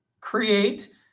create